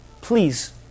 Please